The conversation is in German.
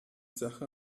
sache